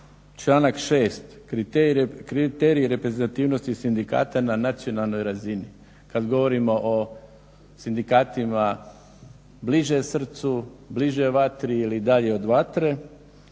članak 6. "Kriteriji reprezentativnosti sindikata na nacionalnoj razini." Kad govorimo o sindikatima bliže srcu, bliže vatri ili dalje od vatre,